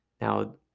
Now